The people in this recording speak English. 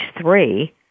three